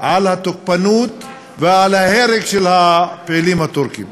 לתוקפנות ולהרג של הפעילים הטורקים.